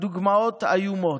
הדוגמאות איומות.